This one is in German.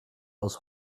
aus